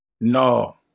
No